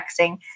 texting